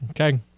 Okay